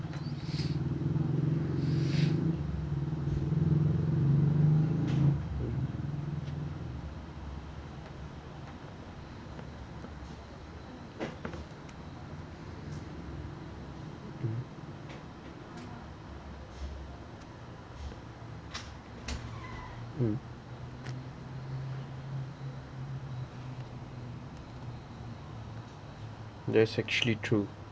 mm mm that's actually true